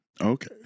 okay